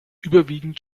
überwiegend